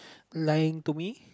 lying to me